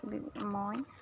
মই